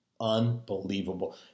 Unbelievable